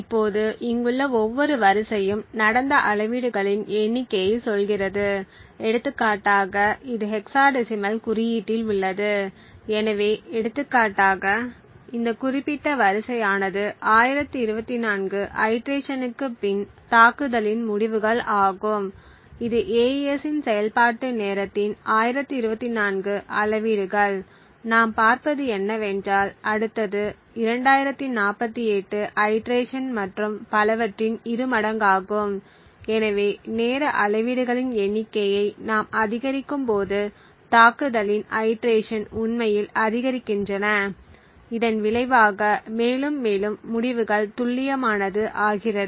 இப்போது இங்குள்ள ஒவ்வொரு வரிசையும் நடந்த அளவீடுகளின் எண்ணிக்கையைச் சொல்கிறது எடுத்துக்காட்டாக இது ஹெக்சாடெசிமல் குறியீட்டில் உள்ளது எனவே எடுத்துக்காட்டாக இந்த குறிப்பிட்ட வரிசையானது 1024 ஐடிரேஷன்க்குப் பின் தாக்குதலின் முடிவுகள் ஆகும் இது AES இன் செயல்பாட்டு நேரத்தின் 1024 அளவீடுகள் நாம் பார்ப்பது என்னவென்றால் அடுத்தது 2048 ஐடிரேஷன் மற்றும் பலவற்றின் இருமடங்காகும் எனவே நேர அளவீடுகளின் எண்ணிக்கையை நாம் அதிகரிக்கும்போது தாக்குதலின் ஐடிரேஷன் உண்மையில் அதிகரிக்கின்றன இதன் விளைவாக மேலும் மேலும் முடிவுகள் துல்லியமானது ஆகிறது